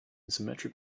symmetric